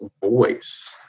voice